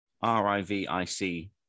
R-I-V-I-C